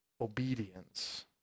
obedience